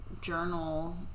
journal